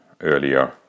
earlier